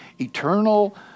eternal